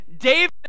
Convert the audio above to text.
David